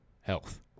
health